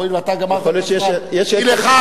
אי לכך,